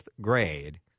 grade